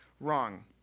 wrong